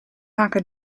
hakka